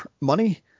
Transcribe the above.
money